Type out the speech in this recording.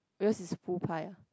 yours is full pie ah